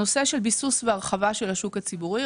הנושא של ביסוס והרחבה של השוק הציבורי.